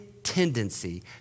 Tendency